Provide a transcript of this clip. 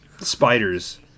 spiders